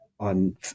on